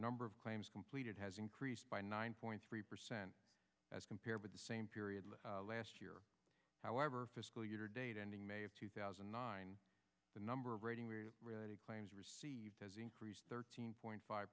number of claims completed has increased by nine point three percent as compared with the same period last year however fiscal year date ending may of two thousand and nine the number of rating claims received has increased thirteen point five